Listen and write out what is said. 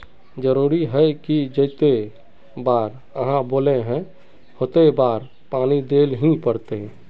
जरूरी है की जयते बार आहाँ बोले है होते बार पानी देल ही पड़ते?